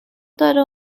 داره